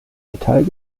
metall